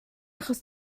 achos